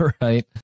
right